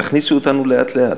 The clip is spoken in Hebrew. תכניסו אותנו לאט-לאט.